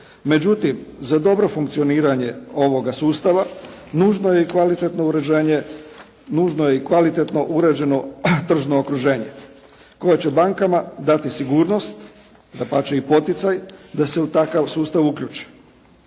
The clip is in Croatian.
Međutim za dobro funkcioniranje ovoga sustava, nužno je i kvalitetno uređenje, nužno je i kvalitetno uređeno tržno okruženje koje će bankama dati sigurnost, dapače i poticaj da se u takav sustav uključe.